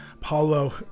Paulo